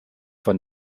von